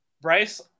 bryce